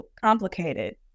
complicated